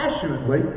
passionately